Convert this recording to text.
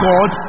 God